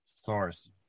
source